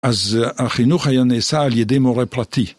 אז החינוך היה נעשה על ידי מורה פרטי.